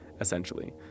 essentially